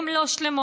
הן לא שלמות,